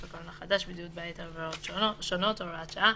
הקורונה החדש) (בידוד בית והוראות שונות) (הוראה שעה),